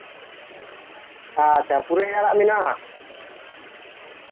ᱟᱪᱪᱷᱟ ᱯᱩᱨᱟᱹᱭ ᱟᱲᱟᱜ ᱢᱮᱱᱟᱜᱼᱟ